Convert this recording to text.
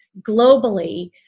globally